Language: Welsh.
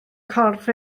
corff